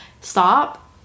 Stop